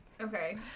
okay